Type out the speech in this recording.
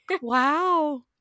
Wow